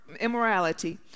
immorality